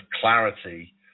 clarity